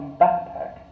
backpack